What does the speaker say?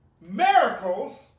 Miracles